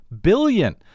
billion